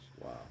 wow